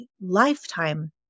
lifetime